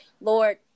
Lord